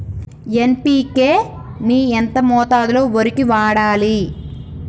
NPK ని ఎంత మోతాదులో వరికి వాడాలి?